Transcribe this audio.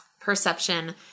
perception